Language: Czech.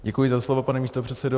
Děkuji za slovo, pane místopředsedo.